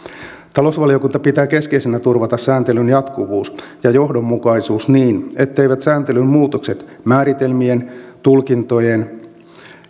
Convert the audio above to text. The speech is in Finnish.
talousvaliokunta pitää keskeisenä turvata sääntelyn jatkuvuus ja johdonmukaisuus niin etteivät sääntelyn muutokset määritelmien tulkintojen